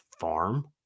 farm